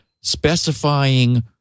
specifying